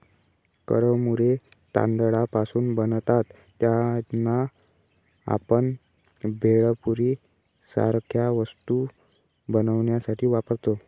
कुरमुरे तांदळापासून बनतात त्यांना, आपण भेळपुरी सारख्या वस्तू बनवण्यासाठी वापरतो